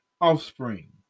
offspring